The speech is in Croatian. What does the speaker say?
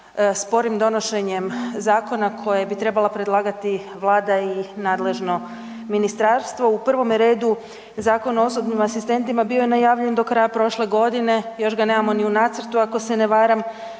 sporim donošenjem zakona koje bi trebala predlagati Vlada i nadležno ministarstvo u prvome redu Zakon o osobnim asistentima bio je najavljen do kraja prošle godine, još ga nemamo ni u nacrtu ako se ne varam.